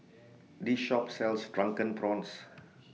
This Shop sells Drunken Prawns